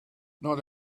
not